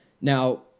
Now